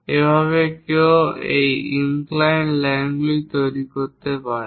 এইভাবে কেউ এই ইনক্লাইন্ড লাইনগুলি তৈরি করতে পারে